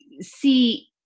see